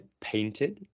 painted